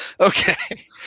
Okay